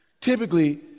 Typically